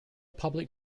public